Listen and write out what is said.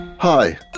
Hi